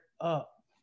up